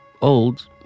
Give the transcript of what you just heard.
old